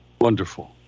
Wonderful